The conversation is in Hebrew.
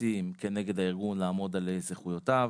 לחצים כנגד הארגון לעמוד על זכויותיו.